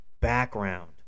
background